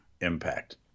impact